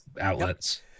outlets